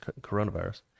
coronavirus